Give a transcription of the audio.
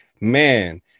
man